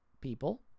people